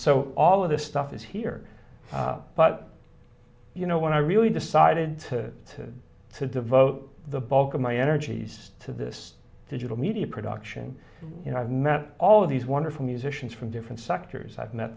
so all of this stuff is here but you know when i really decided to to devote the bulk of my energies to this digital media production you know i've met all of these wonderful musicians from different sectors i've met